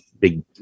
big